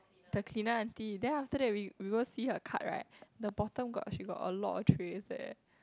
the cleaner auntie then after that we we go see her cart right the bottom got she got a lot of trays eh